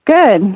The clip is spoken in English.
Good